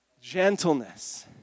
Gentleness